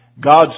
God's